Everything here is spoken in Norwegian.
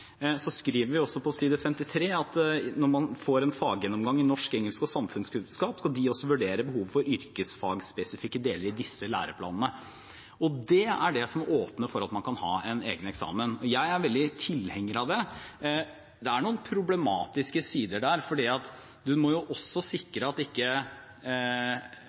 Vi skriver på side 53 at når man får en faggjennomgang i norsk, engelsk og samfunnskunnskap, skal de «også vurdere behovet for yrkesfagspesifikke deler i disse læreplanene». Det er det som åpner for at man kan ha en egen eksamen. Jeg er veldig tilhenger av det. Det er noen problematiske sider der, for det må være jevngodt på alle de forskjellige studieløpene, uavhengig av hva man velger, slik at